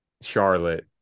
Charlotte